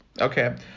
okay